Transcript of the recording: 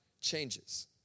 changes